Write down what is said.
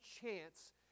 chance